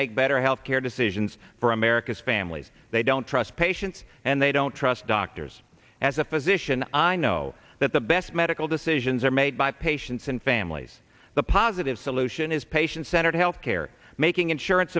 make better health care decisions for america's families they don't trust patients and they don't trust doctors as a physician i know that the best medical decisions are made by patients and families the positive solution is patient centered health care making insurance